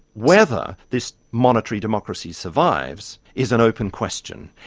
whether this monitory democracy survives is an open question.